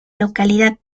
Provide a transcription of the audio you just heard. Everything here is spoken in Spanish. localidad